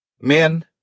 Men